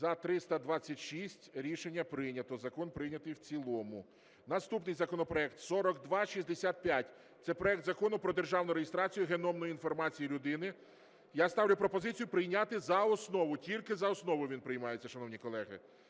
За-326 Рішення прийнято. Закон прийнятий в цілому. Наступний законопроект 4265. Це проект Закону про державну реєстрацію геномної інформації людини. Я ставлю пропозицію прийняти за основу, тільки за основу він приймається, шановні колеги.